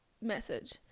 message